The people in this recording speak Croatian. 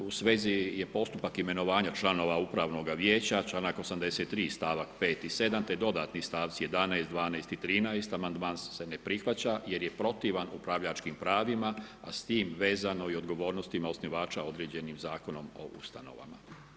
U svezi je postupak imenovanja članova upravnoga vijeća, članak 83 stavak 5 i 7 te dodatni stavci 11, 12 i 13 amandman se ne prihvaća jer je protivan upravljačkim pravima, a s tim vezano i odgovornostima osnivača određenim zakonom o ustanovama.